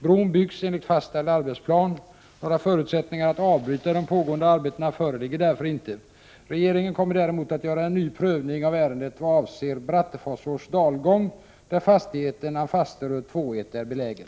Bron byggs enligt fastställd arbetsplan. Några förutsättningar att avbryta de pågående arbetena föreligger därför inte. Regeringen kommer däremot att göra en ny prövning av ärendet vad avser Bratteforsåns dalgång, där fastigheten Anfasteröd 2:1 är belägen.